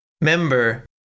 member